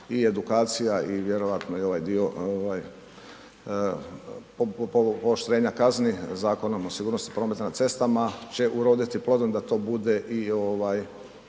i edukacija i vjerojatno i ovaj dio pooštrenja kazni Zakonom o sigurnosti prometa na cestama će uroditi plodom da to bude i još